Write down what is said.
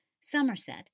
Somerset